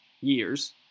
years